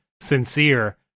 sincere